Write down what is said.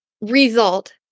result